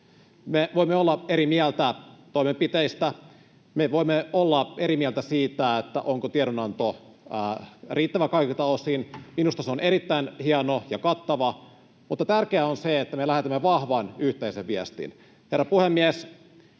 Me voimme olla eri mieltä toimenpiteistä. Me voimme olla eri mieltä siitä, onko tiedonanto riittävä kaikilta osin. Minusta se on erittäin hieno ja kattava, mutta tärkeää on se, että me lähetämme vahvan yhteisen viestin. Herra puhemies!